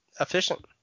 efficient